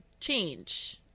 Change